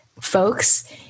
folks